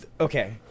okay